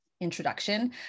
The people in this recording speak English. introduction